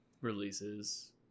releases